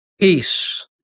Peace